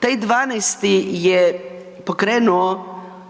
Taj 12. je pokrenuo